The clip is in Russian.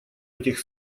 этих